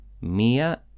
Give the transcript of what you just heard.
Mia